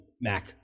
Mac